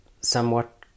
somewhat